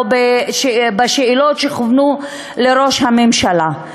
בשאלות שכוונו לראש הממשלה.